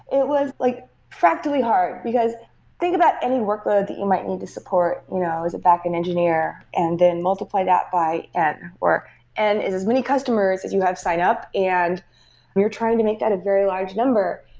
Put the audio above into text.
it was like practically hard, because think about any workload that you might need to support you know as a backend engineer and then multiply that by n, where n and is as many customers as you have signed up and you're trying to make that a very large number.